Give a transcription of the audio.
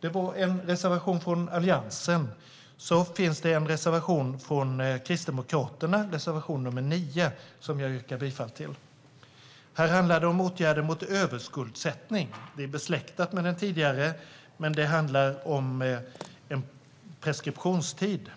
Detta är alltså en reservation från Alliansen. Det finns också en reservation från Kristdemokraterna, reservation nr 9, som jag yrkar bifall till. Den handlar om åtgärder mot överskuldsättning. Det är besläktat med den tidigare reservationen, men här handlar det om en preskriptionstid.